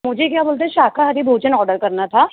मुझे क्या बोलते हैं शाकाहारी भोजन ओर्डर करना था